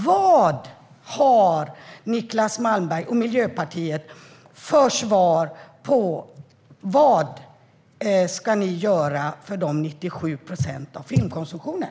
Vad ska Niclas Malmberg och Miljöpartiet göra när det gäller dessa 97 procent av filmkonsumtionen?